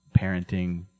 parenting